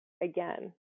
again